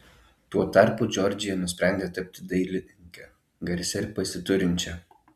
tuo tarpu džordžija nusprendė tapti dailininke garsia ir pasiturinčia